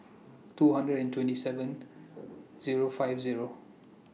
two hundred and twenty seven Zero Fifth Zero